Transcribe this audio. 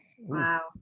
Wow